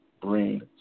brain